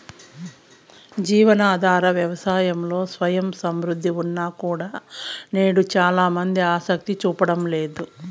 జీవనాధార వ్యవసాయంలో స్వయం సమృద్ధి ఉన్నా కూడా నేడు చానా మంది ఆసక్తి చూపడం లేదు